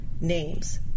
names